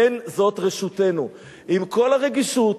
עם כל הרגישות,